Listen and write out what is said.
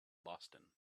boston